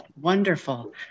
wonderful